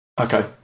Okay